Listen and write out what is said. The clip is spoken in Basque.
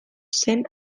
zen